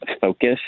focus